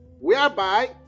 Whereby